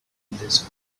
surprise